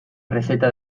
receta